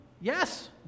Yes